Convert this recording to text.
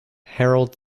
harald